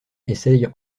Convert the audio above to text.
essaie